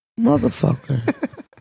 motherfucker